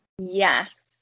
Yes